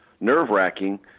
nerve-wracking